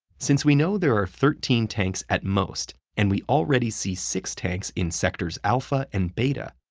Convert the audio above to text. since we know there are thirteen tanks at most, and we already see six tanks in sectors alpha and beta,